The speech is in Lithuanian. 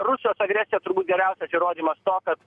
rusijos agresija turbūt geriausias įrodymas to kad